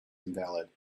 invalid